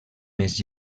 més